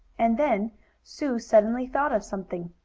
and then sue suddenly thought of something.